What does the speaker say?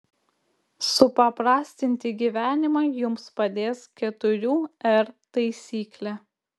supaprastinti gyvenimą jums padės keturių r taisyklė